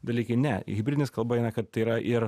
dalykai ne hibridinis kalba eina kad tai yra ir